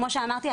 כמו שאמרתי,